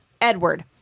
Edward